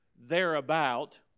thereabout